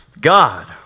God